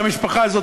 אבל את המשפחה הזאת,